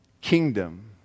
kingdom